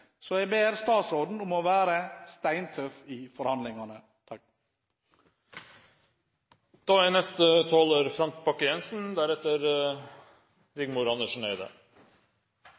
Så jeg ber statsråden om å være steintøff i forhandlingene. For Norge er